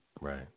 Right